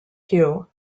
hugh